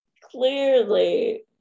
clearly